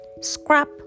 Scrap